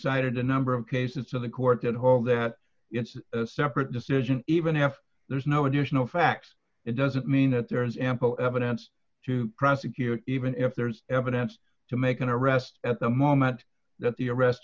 cited a number of cases to the court that hold that it's a separate decision even if there's no additional facts it doesn't mean that there is ample evidence to prosecute even if there's evidence to make an arrest at the moment that the arrest